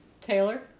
Taylor